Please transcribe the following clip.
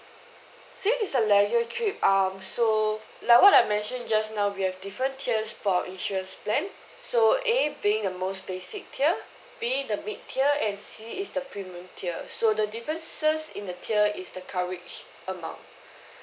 since it's a leisure trip um so like what I mentioned just now we have different tiers for insurance plan so A being the most basic tier B the mid tier and C is the premium tier so the differences in the tier is the coverage amount